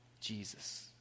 Jesus